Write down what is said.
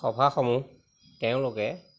সভাসমূহ তেওঁলোকে